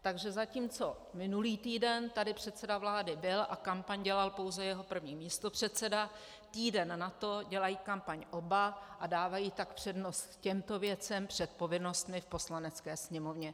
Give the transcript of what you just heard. Takže zatímco minulý týden tady předseda vlády byl a kampaň dělal pouze jeho první místopředseda, týden nato dělají kampaň oba a dávají tak přednost těmto věcem před povinnostmi v Poslanecké sněmovně.